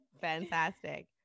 fantastic